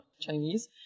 Chinese